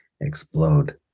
explode